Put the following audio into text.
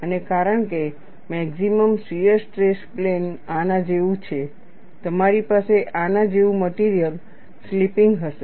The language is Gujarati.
અને કારણ કે મેક્સિમમ શીયર સ્ટ્રેસ પ્લેન આના જેવું છે તમારી પાસે આના જેવું મટીરીયલ સ્લિપિંગ હશે